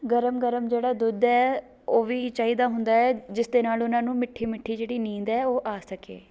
ਗਰਮ ਗਰਮ ਜਿਹੜਾ ਦੁੱਧ ਹੈ ਉਹ ਵੀ ਚਾਹੀਦਾ ਹੁੰਦਾ ਹੈ ਜਿਸ ਦੇ ਨਾਲ਼ ਉਹਨਾਂ ਨੂੰ ਮਿੱਠੀ ਮਿੱਠੀ ਜਿਹੜੀ ਨੀਂਦ ਹੈ ਉਹ ਆ ਸਕੇ